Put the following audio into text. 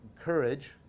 Courage